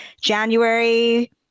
january